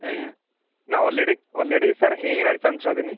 ଆଜ୍ଞା already already sir ହେଇଗଲାଣି ପାଞ୍ଚ ଛଅ ଦିନ